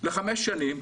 לחמש שנים,